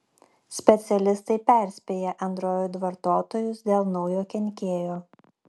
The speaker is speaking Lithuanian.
specialistai perspėja android vartotojus dėl naujo kenkėjo